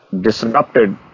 disrupted